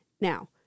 Now